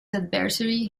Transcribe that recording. adversary